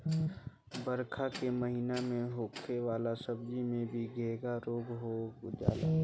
बरखा के महिना में होखे वाला सब्जी में भी घोघा रोग लाग जाला